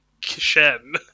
Kishen